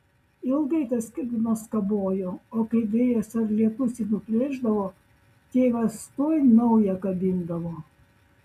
ilgai tas skelbimas kabojo o kai vėjas ar lietus jį nuplėšdavo tėvas tuoj naują kabindavo